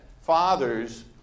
fathers